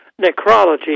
necrology